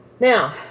Now